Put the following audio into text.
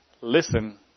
listen